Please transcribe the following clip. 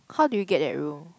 how did you get that room